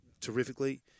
terrifically